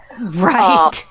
Right